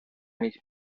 mig